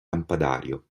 lampadario